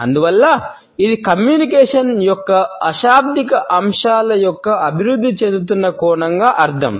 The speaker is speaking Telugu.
అందువల్ల ఇది కమ్యూనికేషన్ యొక్క అశాబ్దిక అంశాల యొక్క అభివృద్ధి చెందుతున్న కోణంగా అర్ధం